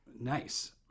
Nice